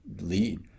lead